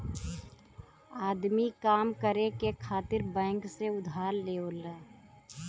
आदमी काम करे खातिर बैंक से उधार लेवला